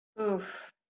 Oof